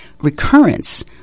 recurrence